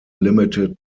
limited